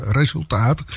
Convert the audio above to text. resultaat